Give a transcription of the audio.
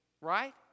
right